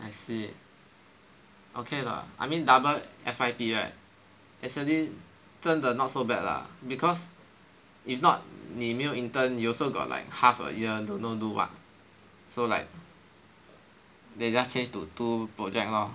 I see okay lah I mean double F_Y_P right actually 真的 not so bad lah because if not 你没有 intern you also got like half a year don't know do what so like they just change to two project lor